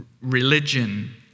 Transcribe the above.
religion